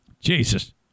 jesus